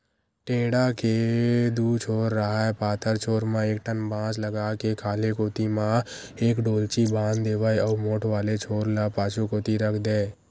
टेंड़ा के दू छोर राहय पातर छोर म एक ठन बांस लगा के खाल्हे कोती म एक डोल्ची बांध देवय अउ मोठ वाले छोर ल पाछू कोती रख देय